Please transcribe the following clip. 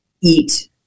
eat